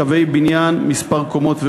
קווי בניין ומספר קומות.